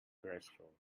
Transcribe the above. graceful